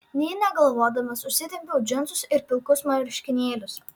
nė negalvodamas užsitempiau džinsus ir pilkus marškinėlius